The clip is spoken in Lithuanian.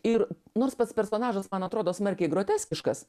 ir nors pats personažas man atrodo smarkiai groteskiškas